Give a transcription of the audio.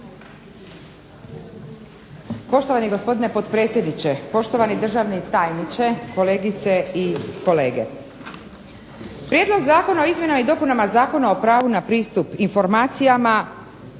Poštovani gospodine potpredsjedniče, poštovani državni tajniče, kolegice i kolege zastupnici. Prijedlog zakona o izmjenama i dopunama Zakona o pravu na pristup informacijama